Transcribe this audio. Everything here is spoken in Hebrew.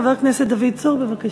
חבר הכנסת דוד צור, בבקשה.